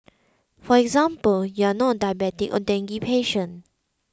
for example you are not a diabetic or dengue patient